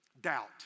doubt